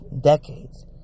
Decades